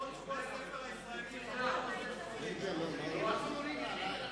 לכבוד שבוע הספר הישראלי, הוא לא דיבר עליך.